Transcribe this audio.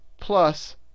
Plus